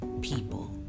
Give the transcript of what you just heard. people